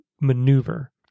maneuver